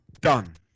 done